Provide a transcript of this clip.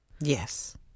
Yes